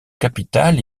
capital